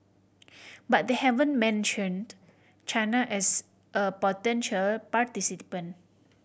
but they haven't mentioned China as a potential participant